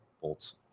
Bolts